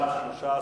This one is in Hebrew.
חוק ומשפט נתקבלה.